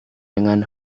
dengan